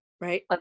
Right